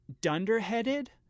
dunderheaded